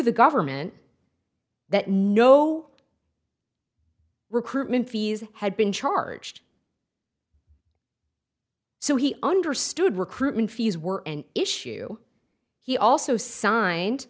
the government that no recruitment fees had been charged so he understood recruitment fees were an issue he also signed